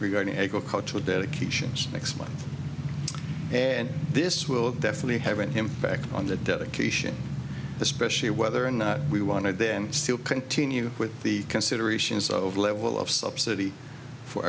to agricultural dedications next month and this will definitely have an impact on the dedication especially whether or not we want to then still continue with the considerations of level of subsidy for